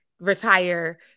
retire